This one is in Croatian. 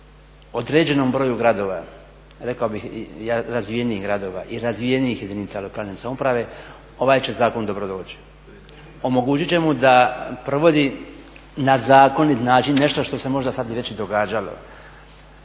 Određenom broju gradova, rekao bih razvijenih gradova i razvijenijih jedinica lokalne samouprave ovaj će zakon dobro doći. Omogućit će mu da provodi na zakonit način nešto što se možda sad već i događalo.